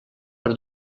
per